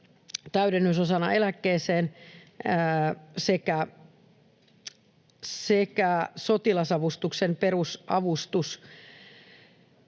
täydennysosa eläkkeeseen rinnastuvana sekä sotilasavustuksen perusavustus.